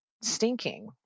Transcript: stinking